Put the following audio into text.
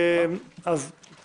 אני